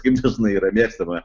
kaip dažnai yra mėgstama